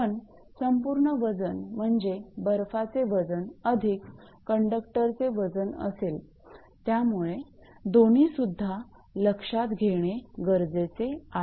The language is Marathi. पण संपूर्ण वजन म्हणजे बर्फाचे वजन अधिक कंडक्टरचे वजन असेल त्यामुळे दोन्ही सुद्धा लक्षात घेणे गरजेचे आहे